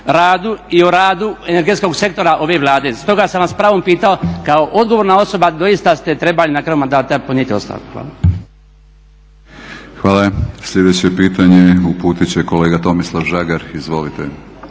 radu i o radu energetskog sektora ove Vlade. Stoga sam vas s pravom pitao kao odgovorna osoba doista ste trebali na kraju mandata podnijeti ostavku. Hvala. **Batinić, Milorad (HNS)** Hvala. Slijedeće pitanje uputit će kolega Tomislav Žagar. Izvolite.